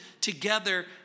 together